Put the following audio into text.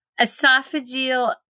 esophageal